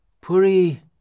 puri